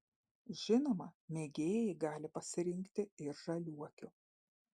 žinoma mėgėjai gali pasirinkti ir žaliuokių